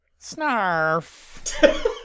Snarf